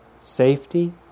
safety